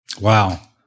Wow